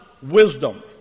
wisdom